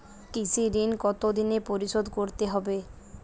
কৃষি ঋণ কতোদিনে পরিশোধ করতে হবে?